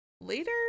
later